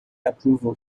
approval